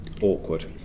awkward